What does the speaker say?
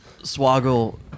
Swaggle